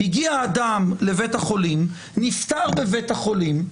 הגיע אדם לבית החולים, נפטר בבית החולים,